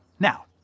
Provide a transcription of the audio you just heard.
Now